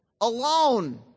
alone